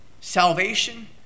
salvation